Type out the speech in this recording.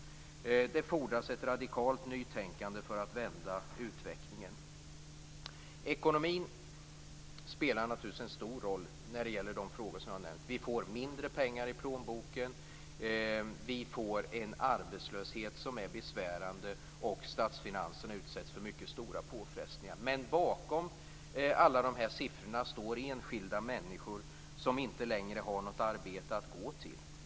Det fordras ett radikalt nytänkande för att vända utvecklingen. Ekonomin spelar naturligtvis en stor roll när det gäller de frågor som jag har nämnt. Vi får mindre pengar i plånboken. Arbetslösheten blir besvärande, och statsfinanserna utsätts för mycket stora påfrestningar. Men bakom alla dessa siffror står enskilda människor som inte längre har något arbete att gå till.